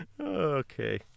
Okay